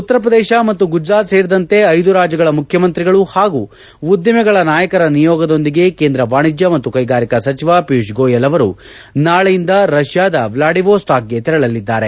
ಉತ್ತರಪ್ರದೇಶ ಮತ್ತು ಗುಜರಾತ್ ಸೇರಿದಂತೆ ಐದು ರಾಜ್ಜಗಳ ಮುಖ್ಚಮಂತ್ರಿಗಳು ಹಾಗೂ ಉದ್ದಿಮೆಗಳ ನಾಯಕರುಗಳ ನಿಯೋಗದೊಂದಿಗೆ ಕೇಂದ್ರ ವಾಣಿಜ್ಞ ಮತ್ತು ಕೈಗಾರಿಕಾ ಸಚಿವ ಪಿಯೂಶ್ ಗೋಯಲ್ ಅವರು ನಾಳೆಯಿಂದ ರಷ್ಯಾದ ವ್ಲಾಡಿವೊಸ್ಟಾಕ್ಗೆ ತೆರಳಲಿದ್ದಾರೆ